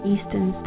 Eastern